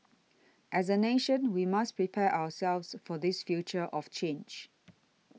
as a nation we must prepare ourselves for this future of change